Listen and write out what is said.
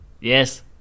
Yes